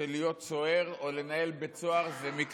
שלהיות סוהר או לנהל בית סוהר עם האסירים